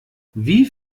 wie